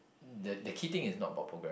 the the key thing is not about programming